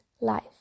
life